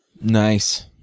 Nice